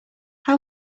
how